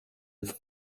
with